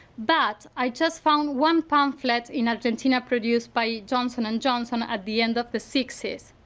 but i just found one pamphlet in argentina produced by johnson and johnson at the end of the sixty s.